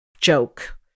joke